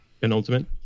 Penultimate